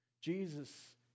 Jesus